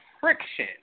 friction